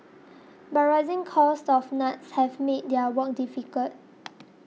but rising costs of nuts have made their work difficult